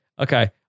Okay